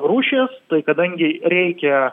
rūšies tai kadangi reikia